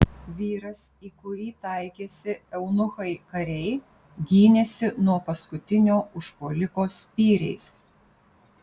vyras į kurį taikėsi eunuchai kariai gynėsi nuo paskutinio užpuoliko spyriais